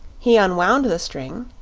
he unwound the string,